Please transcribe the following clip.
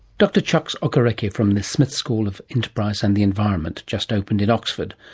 dr. chucks okereke from the smith school of enterprise and the environment, just opened in oxford.